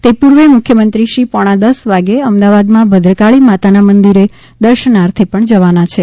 તે પૂર્વે મુખ્યમંત્રીશ્રી પોણા દસ વાગ્યે અમદાવાદમાં ભદ્રકાળી માતાના મંદિરે દર્શનાર્થે પણ જવાના છે